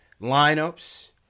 lineups